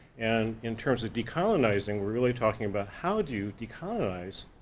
and in terms of decolonizing, we're really talking about how do you decolonize,